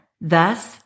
Thus